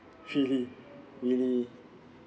really really